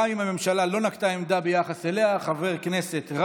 גם אם הממשלה לא נקטה עמדה ביחס אליה, חבר כנסת,